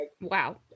wow